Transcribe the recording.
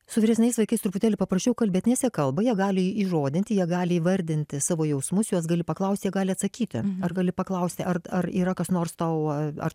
su vyresniais vaikais truputėlį paprasčiau kalbėt nes jie kalba jie gali įžodinti jie gali įvardinti savo jausmus juos gali paklaust jie gali atsakyti ar gali paklausti ar ar yra kas nors tau ar